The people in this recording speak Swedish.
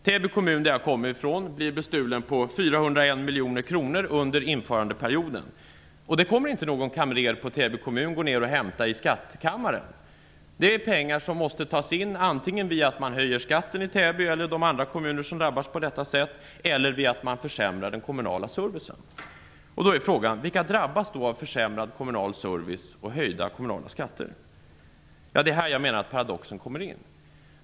Täby kommun som jag kommer från blir bestulen på 401 miljoner kronor under införandeperioden. De pengarna kommer inte någon kamrer på Täby kommun att gå ner och hämta i skattkammaren. De pengarna måste i stället tas in antingen via höjd skatt i Täby eller andra kommuner som drabbas på detta sätt eller via försämrad kommunal service. Då är frågan: Vilka drabbas av en försämrad kommunal service och höjda kommunala skatter? Det är här som jag menar att paradoxen kommer in.